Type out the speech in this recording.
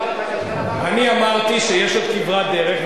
אני אמרתי שיש עוד כברת דרך,